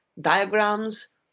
diagrams